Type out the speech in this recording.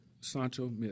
Sancho